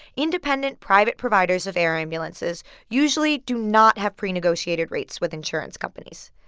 independent private providers of air ambulances usually do not have pre-negotiated rates with insurance companies.